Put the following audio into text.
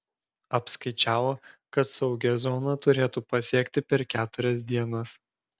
apskaičiavo kad saugią zoną turėtų pasiekti per keturias dienas